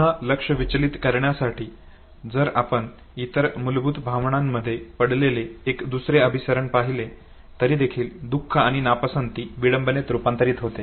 पुन्हा लक्ष विचलित करण्यासाठी जर आपण इतर मूलभूत भावनांमध्ये घडलेले एक दुसरे अभिसरण पाहिले तरी देखील दुख आणि नापसंती विडंबनेत रूपांतरित होते